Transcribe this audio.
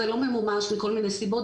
זה לא ממומש מכל מיני סיבות,